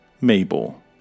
Mabel